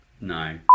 no